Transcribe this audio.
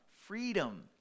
Freedom